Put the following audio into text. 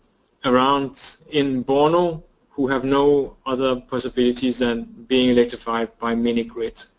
around in borno who have no other possibilities than being electrified by min-grids.